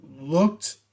looked